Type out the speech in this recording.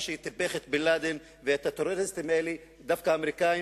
שמי שטיפח את בן-לאדן ואת הטרוריסטים האלה היה דווקא האמריקנים,